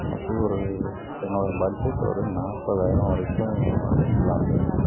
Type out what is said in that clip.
இன்னக்கு ஒரு என்னோடய பட்ஜட் ஒரு நாற்பதாயிரம் வரைக்கும் இருக்கலாம் சார்